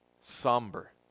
somber